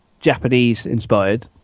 Japanese-inspired